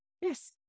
Yes